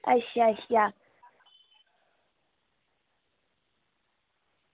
अच्छा अच्छा